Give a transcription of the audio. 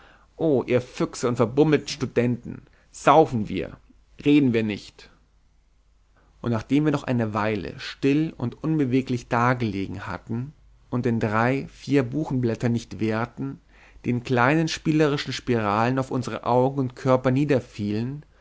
oh ihr füchse und verbummelten studenten saufen wir reden wir nicht und nachdem wir noch eine weile still und unbeweglich dagelegen hatten und den drei vier buchenblättern nicht wehrten die in kleinen spielerischen spiralen auf unsere augen und körper